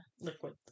liquid